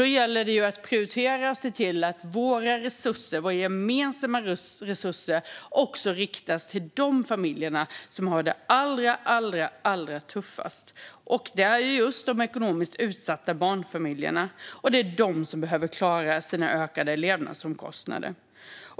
Då gäller det att prioritera och se till att våra gemensamma resurser riktas till de familjer som har det allra tuffast. Det är de ekonomiskt utsatta barnfamiljerna. Det är de som behöver klara sina ökade levnadsomkostnader.